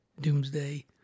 Doomsday